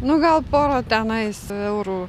nu gal pora tenais eurų